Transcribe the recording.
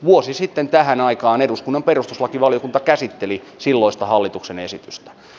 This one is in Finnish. vuosi sitten tähän aikaan eduskunnan perustuslakivaliokunta käsitteli silloista hallituksen esitystä